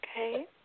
Okay